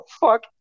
fuck